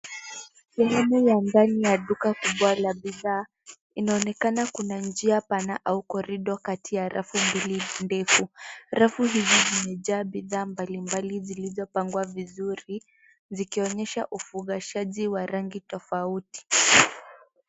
Sehemu ya ndani ya duka kubwa la bidhaa. Inaonekana kuna njia pana au korido kati ya rafu mbili ndefu. Rafu hizi zimejaa bidhaa mbalimbali zilizopangwa vizuri zikionyesha ufugaji wa rangi tofauti.